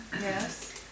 yes